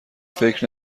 فکر